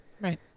Right